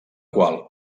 qual